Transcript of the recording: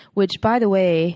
which, by the way